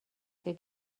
que